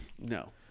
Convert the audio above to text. No